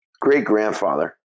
great-grandfather